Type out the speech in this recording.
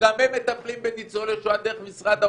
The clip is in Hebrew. שגם הם מטפלים בניצולי שואה דרך משרד האוצר.